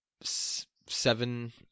seven